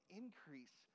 increase